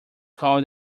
call